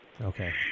Okay